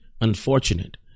Unfortunate